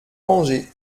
angers